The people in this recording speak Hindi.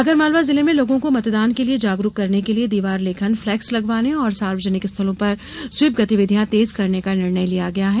आगरमालवा जिले में लोगों को मतदान के लिये जागरूक करने के लिये दीवार लेखन फ्लेक्स लगवाने और सार्वजनिक स्थलों पर स्वीप गतिविधियां तेज करने का निर्णय लिया गया है